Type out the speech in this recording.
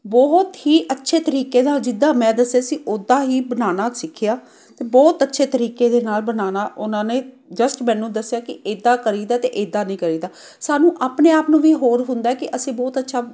ਬਹੁਤ ਹੀ ਅੱਛੇ ਤਰੀਕੇ ਦਾ ਜਿੱਦਾਂ ਮੈਂ ਦੱਸਿਆ ਸੀ ਉੱਦਾਂ ਹੀ ਬਣਾਉਣਾ ਸਿੱਖਿਆ ਅਤੇ ਬਹੁਤ ਅੱਛੇ ਤਰੀਕੇ ਦੇ ਨਾਲ ਬਣਾਉਣਾ ਉਹਨਾਂ ਨੇ ਜਸਟ ਮੈਨੂੰ ਦੱਸਿਆ ਕਿ ਇੱਦਾਂ ਕਰੀਦਾ ਅਤੇ ਇੱਦਾਂ ਨਹੀਂ ਕਰੀਦਾ ਸਾਨੂੰ ਆਪਣੇ ਆਪ ਨੂੰ ਵੀ ਹੋਰ ਹੁੰਦਾ ਕਿ ਅਸੀਂ ਬਹੁਤ ਅੱਛਾ